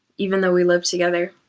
even though we lived together.